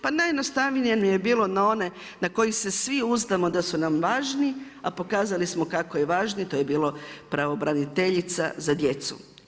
Pa najjednostavnije nam je bilo na one na koje se svi uzdamo da su nam važni a pokazali smo kako je važno, to je bila pravobraniteljica za djecu.